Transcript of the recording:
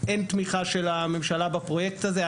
אין תמיכה של הממשלה בפרויקט הזה.